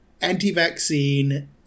anti-vaccine